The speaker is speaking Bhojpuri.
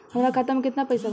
हमरा खाता मे केतना पैसा बा?